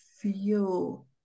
feel